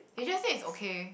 he just said it's okay